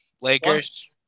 Lakers